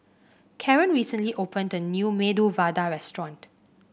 Caren recently opened the new Medu Vada Restaurant